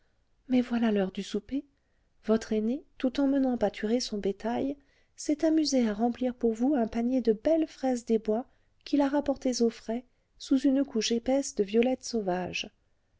mais voilà l'heure du souper votre aîné tout en menant pâturer son bétail s'est amusé à remplir pour vous un panier de belles fraises des bois qu'il a rapportées au frais sous une couche épaisse de violettes sauvages